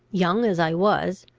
young as i was,